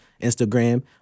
instagram